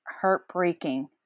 heartbreaking